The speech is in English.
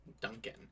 Duncan